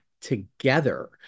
together